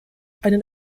einen